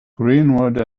greenwood